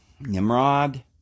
Nimrod